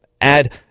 add